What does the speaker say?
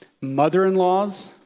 Mother-in-law's